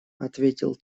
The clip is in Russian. ответил